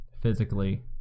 Physically